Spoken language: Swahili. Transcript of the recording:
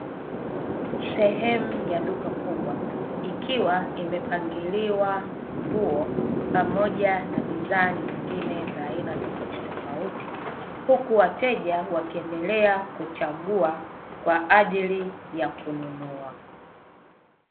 Sehemu ya duka kubwa, ikiwa imepangiliwa nguo pamoja na bidhaa nyingine za aina tofautitofauti, huku wateja wakiendelea kuchagua kwa ajili ya kununua.